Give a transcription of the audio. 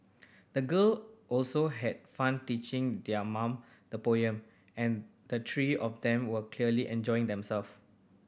the girl also had fun teaching their mum the poem and the three of them were clearly enjoying themself